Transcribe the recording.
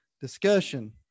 discussion